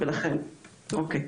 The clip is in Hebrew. אז מה?